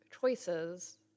choices